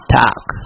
talk